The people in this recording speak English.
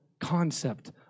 concept